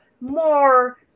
more